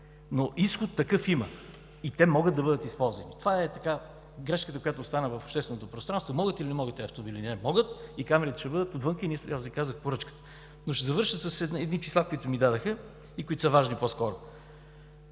изход има и те могат да бъдат използвани. Това е грешката, която остана в общественото пространство – могат или не могат тези автомобили. Могат и камерите ще бъдат отвън и аз Ви казах поръчката. Но ще завърша с едни числа, които ми дадоха и които са важни, по-скоро.